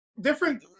different